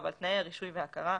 רגע,